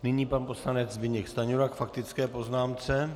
Nyní pan poslanec Zbyněk Stanjura k faktické poznámce.